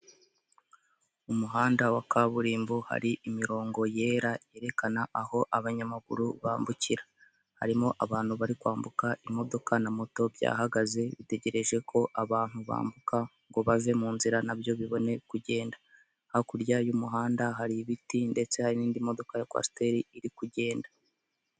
Mu muhanda wa kaburimbo hari imirongo yera yerekana aho abanyamaguru bambukira, harimo abantu bari kwambuka, imodoka na moto byahagaze bitegereje ko abantu bambuka ngo bave mu nzira na byo bibone kugenda, hakurya y'umuhanda hari ibiti ndetse hari n'indi modoka ya kwasiteri iri kugenda.